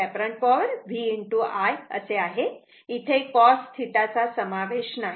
तर apparent power V I असे आहे म्हणून इथे cos θ चा समावेश नाही